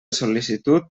sol·licitud